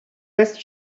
best